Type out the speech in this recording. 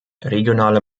regionale